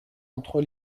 entre